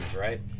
right